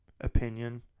opinion